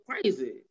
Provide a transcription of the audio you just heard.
crazy